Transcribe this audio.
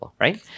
right